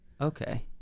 Okay